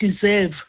deserve